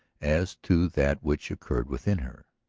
as to that which occurred within her.